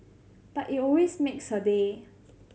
but it always makes her day